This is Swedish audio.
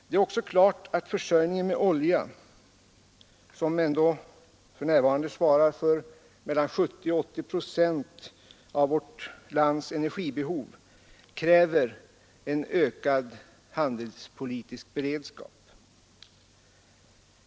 Det är också klart att försörjningen med olja, som för närvarande svarar för mellan 70 och 80 procent av vårt lands energibehov, kräver en ökad handelspolitisk beredskap.